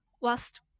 whilst